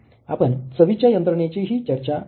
आपण चवीच्या यंत्रणेचीही चर्चा केली